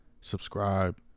Subscribe